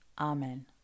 Amen